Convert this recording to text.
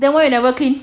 then why you never clean